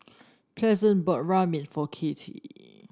pleasant bought Ramen for Kathie